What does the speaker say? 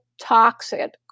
toxic